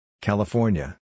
California